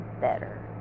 better